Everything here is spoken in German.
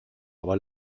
aber